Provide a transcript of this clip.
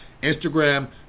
Instagram